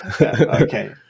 okay